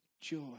joy